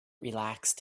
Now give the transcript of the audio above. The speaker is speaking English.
relaxed